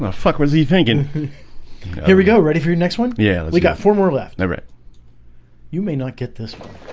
ah fuck was he thinking here we go ready for your next one. yeah, we got four more left. i read you may not get this one